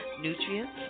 nutrients